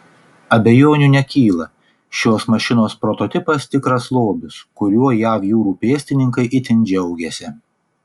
abejonių nekyla šios mašinos prototipas tikras lobis kuriuo jav jūrų pėstininkai itin džiaugiasi